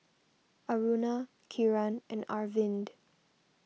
Aruna Kiran and Arvind